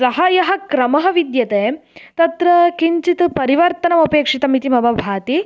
सः यः क्रमः विद्यते तत्र किञ्चित् परिवर्तनम् अपेक्षितम् इति मम भाति